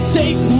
take